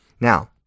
Now